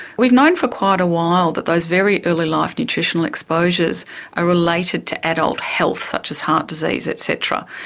we've known for quite a while that those very early life nutritional exposures are related to adult health, such as heart disease et cetera.